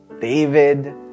David